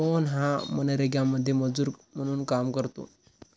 मोहन हा मनरेगामध्ये मजूर म्हणून काम करतो